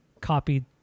copied